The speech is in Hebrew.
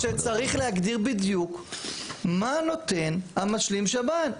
אני מסכים שצריך להגדיר בדיוק מה נותן המשלים שב"ן.